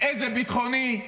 איזה מסר ביטחוני?